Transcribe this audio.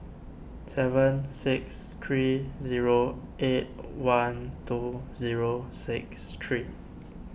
seven six three zero eight one two zero six three